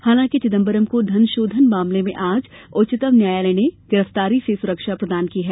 हालांकि श्री चिदम्बरम को धनशोधन मामले में आज उच्चतम न्यायालय ने गिरफ्तारी से सुरक्षा प्रदान की है